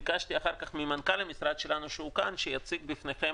אחר כך ביקשתי ממנכ"ל המשרד שלנו שהוא כאן שיציג לפניכם